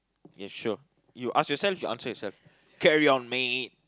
okay sure you ask yourself you answer yourself carry on mate